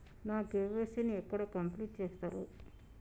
నా కే.వై.సీ ని ఎక్కడ కంప్లీట్ చేస్తరు?